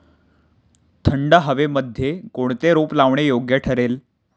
थंड हवेमध्ये कोणते रोप लावणे योग्य ठरेल?